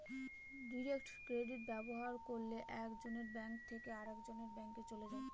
direct credit ব্যবহার করলে এক জনের ব্যাঙ্ক থেকে আরেকজনের ব্যাঙ্কে চলে যায়